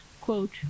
quote